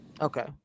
okay